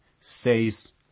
says